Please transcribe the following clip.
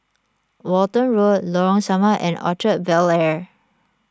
Walton Road Lorong Samak and Orchard Bel Air